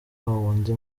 wundi